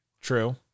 true